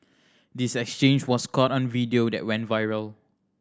this exchange was caught on a video that went viral